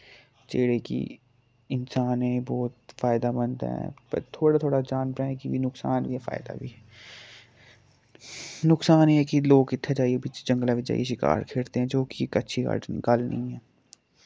जेह्ड़े कि इंसानें बोह्त फायदामंद ऐ पर थोह्ड़ा थोह्ड़ा जानबरें कि वी नुकसान वी ऐ फायदा वी ऐ नुकसान एह् ऐ कि लोक इत्थै जाइयै बिच्च जंगलै बिच्च जाइयै शिकार खेढदे ऐ जो कि इक अच्छी गड गल्ल निं ऐ